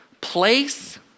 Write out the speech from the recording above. place